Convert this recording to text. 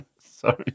Sorry